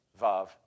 vav